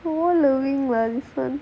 so loving